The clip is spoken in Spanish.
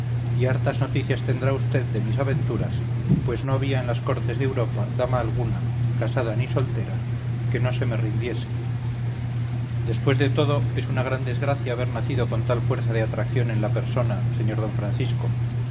y hartas noticias tendrá vd de mis aventuras pues no había en las cortes de europa dama alguna casada ni soltera que no se me rindiese después de todo es una desgracia haber nacido con tal fuerza de atracción en la persona sr d francisco